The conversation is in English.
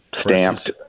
stamped